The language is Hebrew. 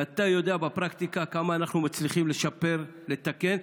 ואתה יודע בפרקטיקה כמה אנחנו מצליחים לשפר ולתקן,